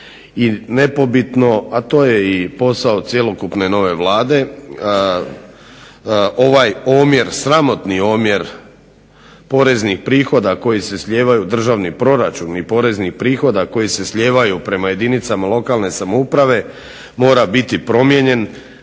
i nepobitno, a to je i posao cjelokupne nove Vlade. Ovaj omjer, sramotni omjer poreznih prihoda koji se slijevaju u državni proračun i poreznih prihoda koji se slijevaju prema jedinicama lokalne samouprave mora biti promijenjen.